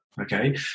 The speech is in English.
okay